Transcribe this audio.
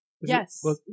yes